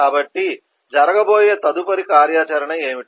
కాబట్టి జరగబోయే తదుపరి కార్యాచరణ ఏమిటి